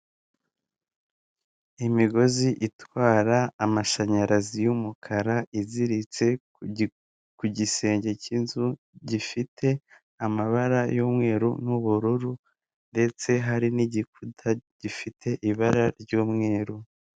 Imigozi itwara amashanyarazi y'umukara iziritse ku gisenge k'inzu gifite amabara y'umweru n'ubururu, ndetse hari n'igikuta gifite ibara ry'umweru.